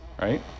Right